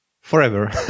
forever